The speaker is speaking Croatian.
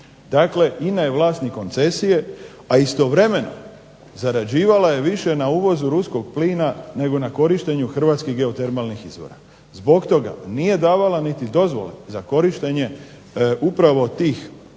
Dakle INA je vlasnik koncesije, a istovremeno zarađivala je više na uvozu ruskog plina nego na korištenju hrvatskih geotermalnih izvora. Zbog toga nije davala niti dozvole za korištenje upravo tih